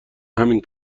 همین